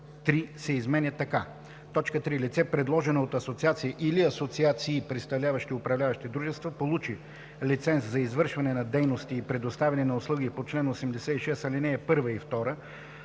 така: „3. лице, предложено от асоциация или асоциации, представляващи управляващи дружества, получили лиценз за извършване на дейности и предоставяне на услуги по чл. 86, ал. 1 и 2